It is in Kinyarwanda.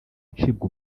acibwa